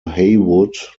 heywood